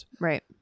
Right